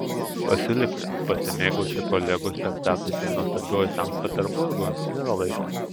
pasilikti pasimėgauti kolegų spektakliais ir nuostabiuoju sankt peterburgu nėra laiko